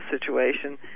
situation